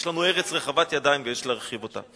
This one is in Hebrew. יש לנו ארץ רחבת ידיים, ויש להרחיב אותה.